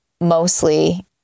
mostly